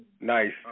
Nice